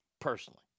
personally